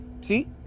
See